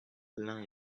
l’un